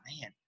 man